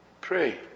Pray